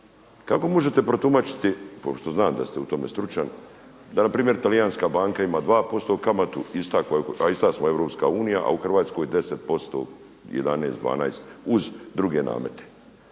Kako možete protumačiti pošto znam da ste u tome stručnjak da npr. talijanska banka ima 2% kamatu, a ista smo Europska unija, a u Hrvatskoj 10%, 11, 12 uz druge namete?